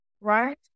right